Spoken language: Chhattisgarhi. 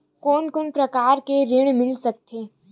कोन कोन प्रकार के ऋण मिल सकथे?